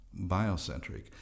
biocentric